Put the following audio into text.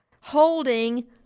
holding